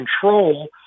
control